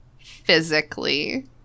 physically